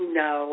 no